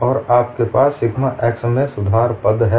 और आपके पास सिग्मा x में सुधार पद है